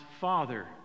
father